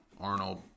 Arnold